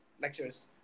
lectures